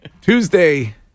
Tuesday